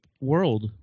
World